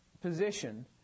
position